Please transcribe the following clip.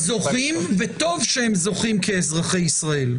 אז הם זוכים, וטוב שהם זוכים, כאזרחי ישראל.